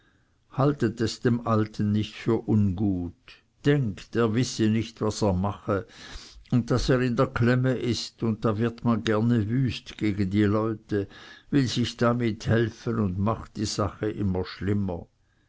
haltet es dem alten nicht für ungut denkt er wisse nicht was er mache und daß er in der klemme ist und da wird man gerne wüst gegen die leute will sich damit helfen und macht die sache immer schlimmer